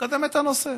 מקדמת את הנושא.